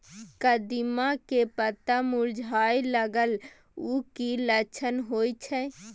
कदिम्मा के पत्ता मुरझाय लागल उ कि लक्षण होय छै?